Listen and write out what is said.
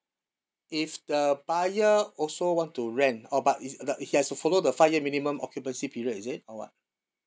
if the buyer also want to rent orh but it's the he has to follow the five year minimum occupancy period is it or what